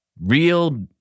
real